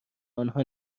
آنها